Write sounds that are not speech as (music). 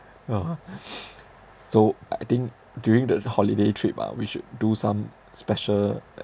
yeah (noise) so I think during the holiday trip ah we should do some special